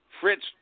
Fritz